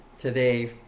today